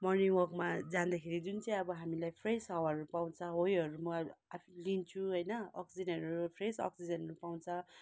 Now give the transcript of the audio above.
morning वल्कमा जाँदाखेरि जुन चाहिँ अब हामीलाई फ्रेस हावाहरू पाउँछ हो योहरू मैले लिन्छु होइन अक्सिजनहरू फ्रेस अक्सिजनहरू पाउँछ